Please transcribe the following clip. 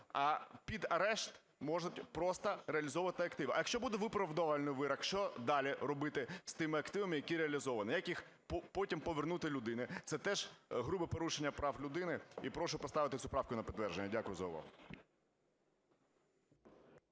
а під арешт можуть просто реалізовувати активи. А, якщо буде виправдовувальний вирок, що далі робити з тими активами, які реалізовані, як їх потім повернути людині? Це теж грубе порушення прав людини. І прошу поставити цю правку на підтвердження. Дякую за увагу.